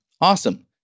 Awesome